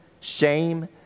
shame